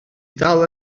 dal